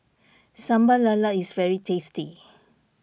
Sambal Lala is very tasty